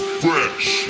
fresh